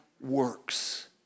works